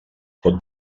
pot